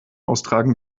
austragen